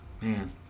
Man